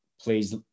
please